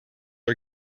are